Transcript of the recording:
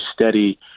steady